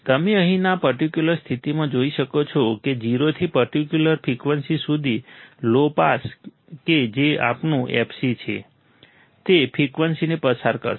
તમે અહીં આ પર્ટિક્યુલર સ્થિતિમાં જોઈ શકો છો કે 0 થી પર્ટિક્યુલર ફ્રિકવન્સી સુધી લો પાસ કે જે આપણું fc છે તે ફ્રિકવન્સીને પસાર કરશે